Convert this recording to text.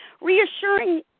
Reassuring